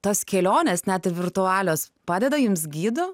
tos kelionės net virtualios padeda jums gydo